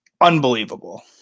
unbelievable